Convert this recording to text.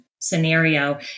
scenario